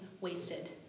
wasted